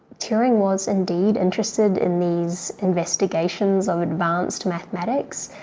turing was indeed interested in these investigations of advanced mathematics,